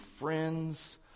friends